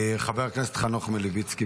חבר הכנסת חנוך מלביצקי,